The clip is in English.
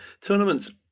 Tournaments